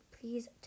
please